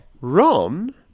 Ron